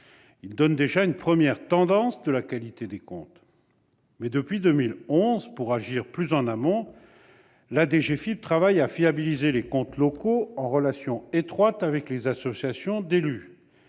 Ils donnent déjà une première tendance de la qualité des comptes. Mais, depuis 2011, pour agir plus en amont, la DGFiP travaille à fiabiliser les comptes locaux en relation étroite avec les associations d'élus.